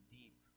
deep